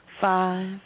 Five